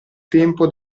tempo